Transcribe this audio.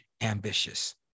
Ambitious